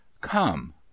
Come